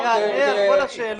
אני אענה על כל השאלות.